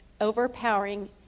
overpowering